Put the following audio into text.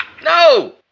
No